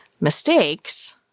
mistakes